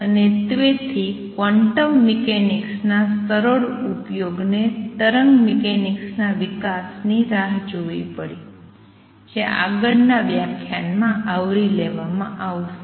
અને તેથી ક્વોન્ટમ મિકેનિક્સના સરળ ઉપયોગ ને તરંગ મિકેનિક્સના વિકાસની રાહ જોવી પડી જે આગળના વ્યાખ્યાનમાં આવરી લેવામાં આવશે